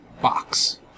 box